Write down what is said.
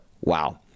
Wow